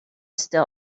still